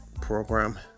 program